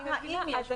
רק האם יש בעיה.